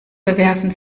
bewerfen